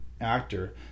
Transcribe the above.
actor